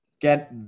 get